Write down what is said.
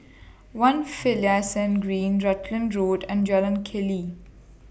one Finlayson Green Rutland Road and Jalan Keli